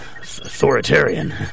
authoritarian